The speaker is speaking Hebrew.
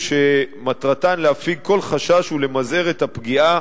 שמטרתם להפיג כל חשש ולמזער את הפגיעה